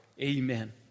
Amen